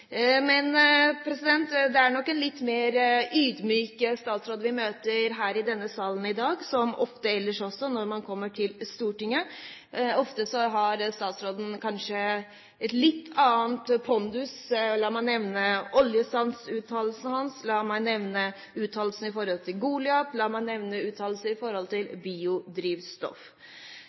Men det er nok en litt mer ydmyk statsråd vi møter her i denne salen i dag, som ofte ellers også når han kommer til Stortinget. Ofte har statsråden kanskje en litt annen pondus – la meg nevne oljesanduttalelsen hans, la meg nevne uttalelsen om Goliat, la meg nevne uttalelser om biodrivstoff. Men hvis jeg lar det ligge, har jeg lyst til